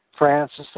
Francis